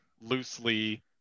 loosely